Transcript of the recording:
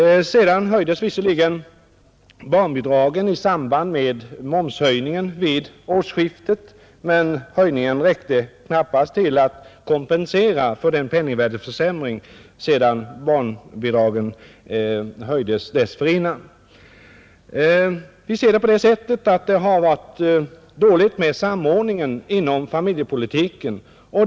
Därefter höjdes visserligen barnbidragen i samband med momshöjningen vid årsskiftet, men höjningen räckte knappast för att kompensera för den penningvärdeförsämring som ägt rum sedan föregående höjning. Vi ser saken på det sättet att det har varit dåligt med samordningen inom familjepolitiken.